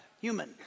human